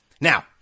Now